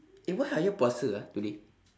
eh why ayah puasa ah today